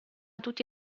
tutti